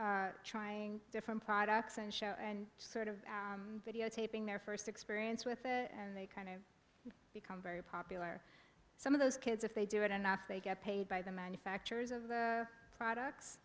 trying different products and show and sort of videotaping their first experience with it and they kind of become very popular some of those kids if they do it enough they get paid by the manufacturers of the